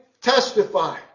Testify